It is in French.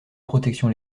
protection